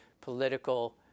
political